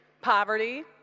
poverty